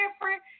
different